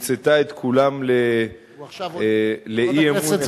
תמצתה את כולן לאי-אמון אחד, הוא עכשיו עונה.